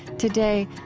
today,